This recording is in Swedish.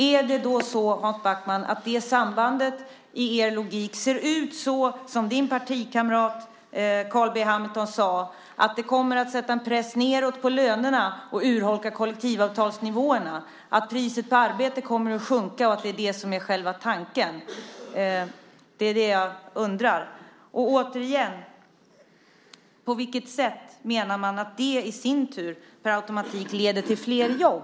Är det då så, Hans Backman, att sambandet i er logik ser ut så som din partikamrat Carl B Hamilton sade, att det kommer att sätta en press nedåt på lönerna och urholka kollektivavtalsnivåerna, att priset på arbete kommer att sjunka och att det är det som är själva tanken? Det är det jag undrar. Och, återigen, på vilket sätt menar man att det i sin tur per automatik leder till flera jobb?